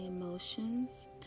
emotions